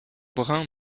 brun